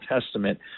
Testament